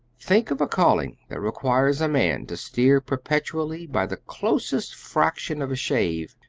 think of a calling that requires a man to steer perpetually, by the closest fraction of a shave,